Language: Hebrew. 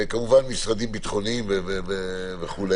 כמובן משרדים ביטחוניים וכו'.